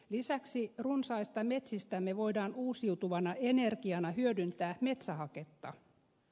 lisäksi runsaista metsistämme voidaan uusiutuvana energiana hyödyntää metsähaketta